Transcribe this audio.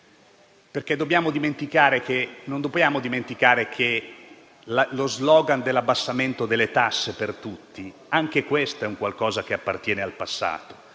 fiscale. Non dobbiamo dimenticare che lo *slogan* dell'abbassamento delle tasse per tutti è, anch'esso, un qualcosa che appartiene al passato.